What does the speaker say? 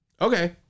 Okay